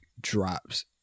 drops